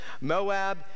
Moab